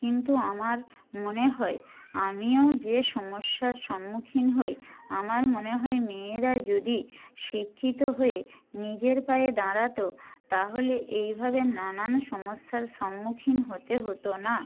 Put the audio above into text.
কিন্তু আমার মনে হয় আমিও যে সমস্যার সম্মুখীন হই আমার মনে হয় মেয়েরা যদি শিক্ষিত হয়ে নিজের পায়ে দাঁড়াত তাহলে এইভাবে নানান সমস্যার সম্মুখীন হতে হতো না